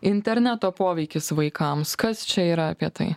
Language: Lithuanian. interneto poveikis vaikams kas čia yra apie tai